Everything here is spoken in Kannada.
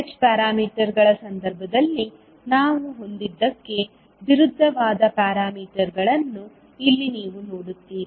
H ಪ್ಯಾರಾಮೀಟರ್ಗಳ ಸಂದರ್ಭದಲ್ಲಿ ನಾವು ಹೊಂದಿದ್ದಕ್ಕೆ ವಿರುದ್ಧವಾದ ಪ್ಯಾರಾಮೀಟರ್ಗಳನ್ನು ಇಲ್ಲಿ ನೀವು ನೋಡುತ್ತೀರಿ